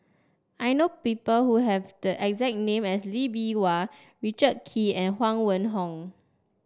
I know people who have the exact name as Lee Bee Wah Richard Kee and Huang Wenhong